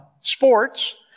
sports